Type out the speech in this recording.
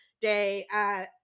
day